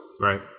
Right